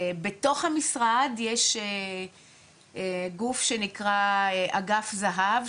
בתוך המשרד יש גוף שנקרא אגף זה"ב,